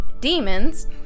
demons